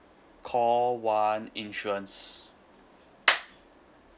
call one insurance